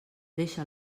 deixa